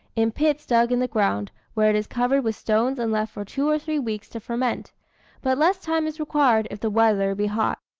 in pits dug in the ground, where it is covered with stones and left for two or three weeks to ferment but less time is required, if the weather be hot.